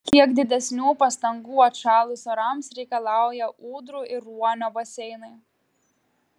kiek didesnių pastangų atšalus orams reikalauja ūdrų ir ruonio baseinai